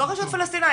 לא רשות פלסטינית.